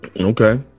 Okay